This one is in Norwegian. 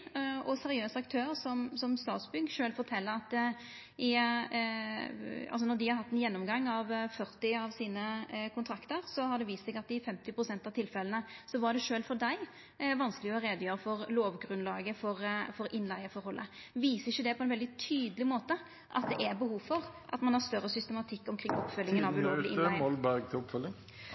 og seriøs aktør som Statsbygg sjølv fortel, etter ein gjennomgang av 40 av kontraktane sine, at det har vist seg at i 50 pst. av tilfella var det sjølv for dei vanskeleg å gjera greie for lovgrunnlaget for innleigeforholdet. Viser ikkje det på ein veldig tydeleg måte at det er behov for at ein har større systematikk omkring oppfølginga av